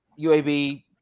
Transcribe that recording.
UAB